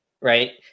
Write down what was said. right